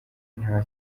nta